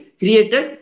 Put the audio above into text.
created